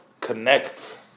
connect